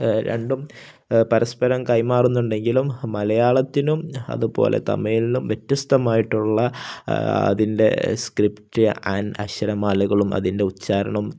രണ്ടും പരസ്പരം കൈമാറുന്നുണ്ടെങ്കിലും മലയാളത്തിനും അതുപോലെ തമിഴിനും വ്യത്യസ്തമായിട്ടുള്ള അതിൻ്റെ സ്ക്രിപ്റ്റ് അക്ഷരമാലകളും അതിൻ്റെ ഉച്ചാരണം